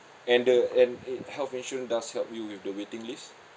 and the and health insurance does help you with the waiting list